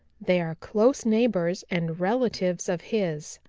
they are close neighbors and relatives of his.